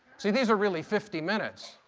see, these are really fifty minutes.